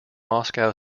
moscow